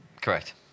Correct